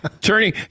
Turning